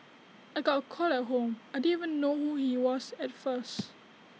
I got A call at home I didn't even know who he was at first